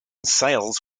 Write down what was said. sales